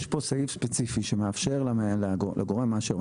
יש פה סעיף ספציפי שמאפשר לגורם המאשר,